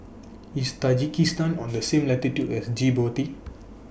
IS Tajikistan on The same latitude as Djibouti